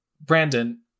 Brandon